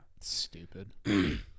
Stupid